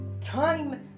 time